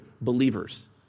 believers